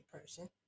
person